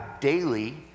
daily